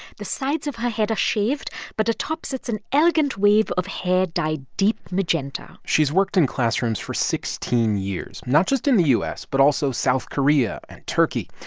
the sides of her head are shaved but atop sits an elegant wave of hair dyed deep magenta she's worked in classrooms for sixteen years, not just in the u s. but also south korea and turkey.